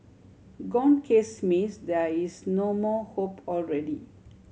gone case means there is no more hope already